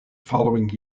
following